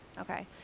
Okay